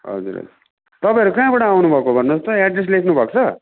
हजुर हजुर तपाईँहरू कहाँबाट आउनु भएको भन्नुहोस् त एड्रेस लेख्नु भएको छ